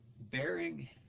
bearing